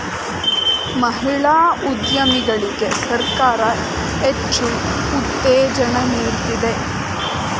ಮಹಿಳಾ ಉದ್ಯಮಿಗಳಿಗೆ ಸರ್ಕಾರ ಹೆಚ್ಚು ಉತ್ತೇಜನ ನೀಡ್ತಿದೆ